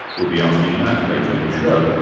we'll be asking that later in the show,